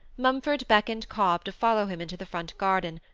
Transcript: mumford beckoned cobb to follow him into the front garden,